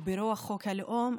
וברוח חוק הלאום,